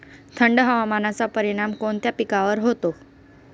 थंड हवामानाचा परिणाम कोणत्या पिकावर होतो?